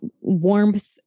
warmth